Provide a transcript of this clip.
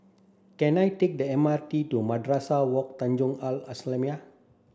can I take the M R T to Madrasah Wak Tanjong Al Islamiah